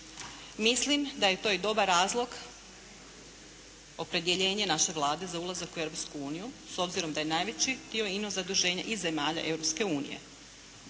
mislim da je to i dobar razlog opredjeljenja naše Vlade za ulazak u Europsku uniju s obzirom da je najveći dio ino zaduženja iz zemalja